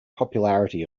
popularity